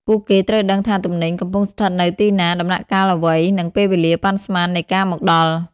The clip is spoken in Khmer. ពួកគេត្រូវដឹងថាទំនិញកំពុងស្ថិតនៅទីណា ដំណាក់កាលអ្វី និងពេលវេលាប៉ាន់ស្មាននៃការមកដល់។